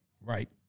Right